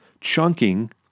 Chunking